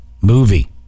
Movie